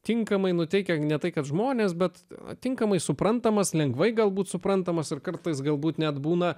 tinkamai nuteikia ne tai kad žmonės bet tinkamai suprantamas lengvai galbūt suprantamas ir kartais galbūt net būna